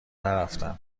نرفتم